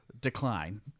decline